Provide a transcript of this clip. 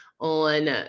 on